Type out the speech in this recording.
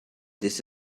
this